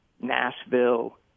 Nashville